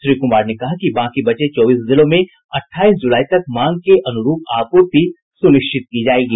श्री कुमार ने कहा कि बाकी बचे शेष चौबीस जिलों में अठाईस जुलाई तक मांग के अनुरूप आपूर्ति सुनिश्चित की जायेगी